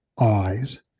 eyes